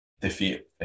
defeat